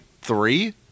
three